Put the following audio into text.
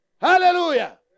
Hallelujah